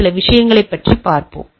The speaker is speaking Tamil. சில விஷயங்களைப் பார்ப்போம்